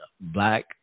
black –